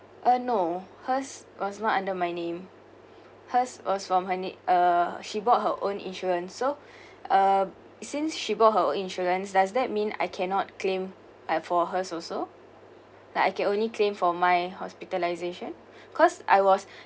uh no hers was not under my name hers was from her nam~ uh she bought her own insurance so uh since she bought her own insurance does that mean I cannot claim like for her also like I can only claim for my hospitalisation cause I was